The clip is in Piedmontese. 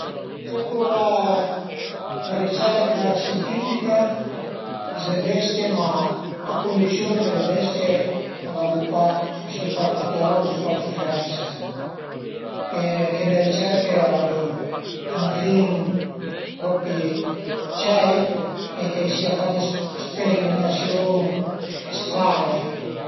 Acetu la ricerca scientifica s'le bestie, ma a cundisiun che le bestie a l'abiu pa, a siu pa turtürà, al abiu pa dë suferense e che le ricerche al abiu ën fin propi ceir e ch'a i sia pa dë sperimentasiun strane